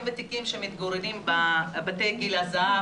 בבקשה טלי.